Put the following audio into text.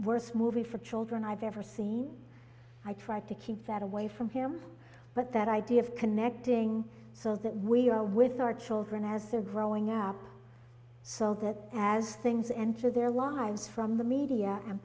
worst movie for children i've ever seen i tried to keep that away from him but that idea of connecting so that we are with our children as they're growing up so that as things enter their lives from the media and